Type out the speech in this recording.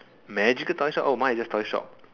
magical toy shop oh mine is just toy shop